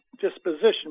disposition